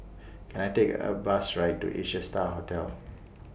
Can I Take A Bus Right to Asia STAR Hotel